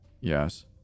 Yes